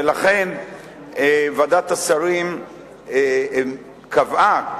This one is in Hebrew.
ולכן ועדת השרים קבעה,